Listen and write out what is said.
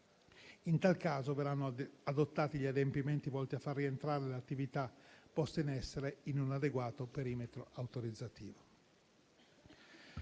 In tal caso, verranno adottati gli adempimenti volti a far rientrare le attività poste in essere in un adeguato perimetro autorizzativo.